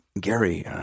Gary